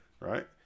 right